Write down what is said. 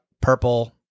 purple